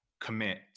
commit